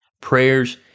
prayers